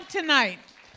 tonight